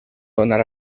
donar